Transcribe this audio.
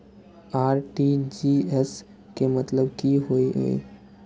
RTGS के मतलब की होय ये?